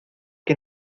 que